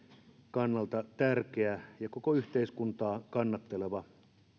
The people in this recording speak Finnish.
kannalta tärkeä ja koko yhteiskuntaa kannatteleva